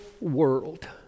world